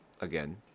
again